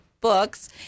books